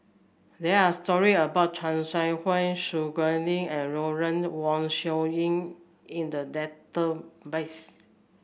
there are story about Chan Soh Ha Su Guaning and Lawrence Wong Shyun in the database